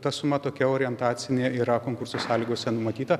ta suma tokia orientacinė yra konkurso sąlygose numatyta